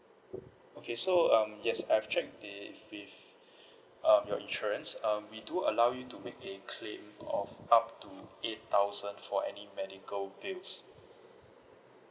okay so um yes I've checked the with um your insurance um we do allow you to make a claim of up to eight thousand for any medical bills